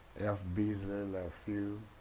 f. beasley lefeu